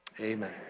amen